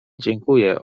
dziękuję